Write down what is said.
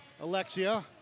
Alexia